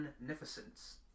magnificence